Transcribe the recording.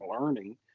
learning